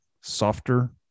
softer